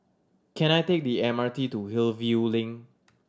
can I take the M R T to Hillview Link